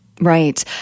Right